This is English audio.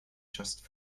just